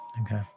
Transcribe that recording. Okay